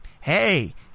hey